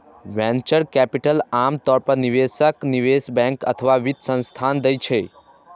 venture capital आम तौर पर निवेशक, निवेश बैंक अथवा वित्त संस्थान दै छै